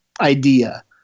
idea